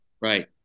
right